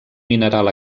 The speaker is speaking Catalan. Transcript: mineral